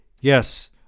Yes